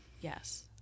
Yes